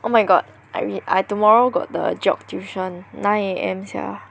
oh my god I read I tomorrow got the job tuition nine A_M sia